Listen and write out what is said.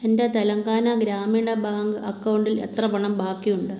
എൻ്റെ തെലങ്കാന ഗ്രാമീണ ബാങ്ക് അക്കൗണ്ടിൽ എത്ര പണം ബാക്കിയുണ്ട്